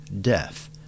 death